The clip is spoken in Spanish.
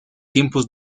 tiempos